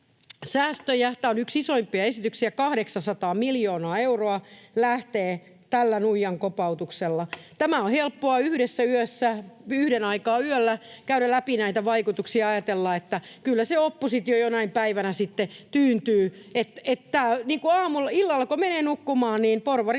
säästöjä. Tämä on yksi isoimpia esityksiä, 800 miljoonaa euroa lähtee tällä nuijan kopautuksella. On helppoa yhdessä yössä yhden aikaan yöllä käydä läpi näitä vaikutuksia ja ajatella, että kyllä se oppositio jonain päivänä sitten tyyntyy. Illalla kun menee nukkumaan, niin porvarit